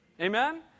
Amen